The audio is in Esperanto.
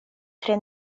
tre